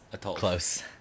close